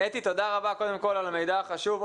אתי, תודה רבה קודם כל על המידע החשוב.